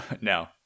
no